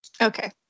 Okay